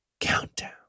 Countdown